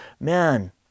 man